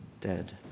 dead